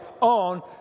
on